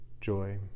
joy